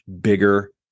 bigger